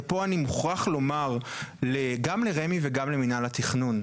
ופה אני מוכרח לומר גם לרמ"י וגם למינהל התכנון,